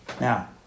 Now